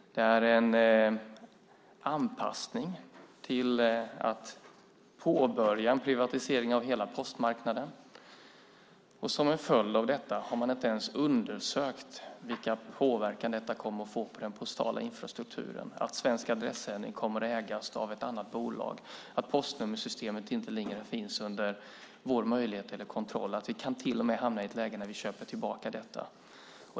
Det är en anpassning till att påbörja en privatisering av hela postmarknaden, och som en följd av detta har man inte ens undersökt vilken påverkan det kommer att få för den postala infrastrukturen att Svensk Adressändring kommer att ägas av ett annat bolag, att postnummersystemet inte längre finns under vår kontroll och att vi till och med kan hamna i ett läge när vi köper tillbaka detta.